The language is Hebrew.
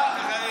חמד,